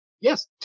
yes